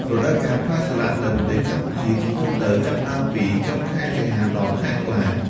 រដូវកាលផ្លែសាឡាក់នៅប្រទេសកម្ពុជាជាទូទៅចាប់ផ្ដើមពី ចុងខែសីហា ដល់ខែតុលា ។